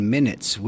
Minutes